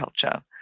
culture